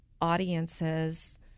audiences